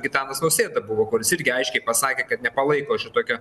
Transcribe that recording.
gitanas nausėda buvo kuris irgi aiškiai pasakė kad nepalaiko šitokio